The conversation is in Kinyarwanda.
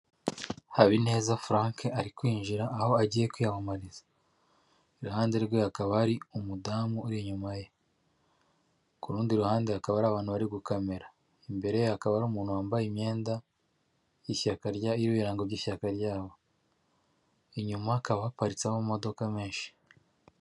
Habineza furanke ari kwinjira aho agiye kwiyamamariza iruhande rwe akaba ari umudamu uri inyuma ye ku rundi ruhande hakaba hari abantu bari gukamera imbere ye hakaba hari umuntu wambaye imyenda y'ishyaka ibirango by'ishyaka ryabo inyuma haakaba haparitse amamodoka menshi.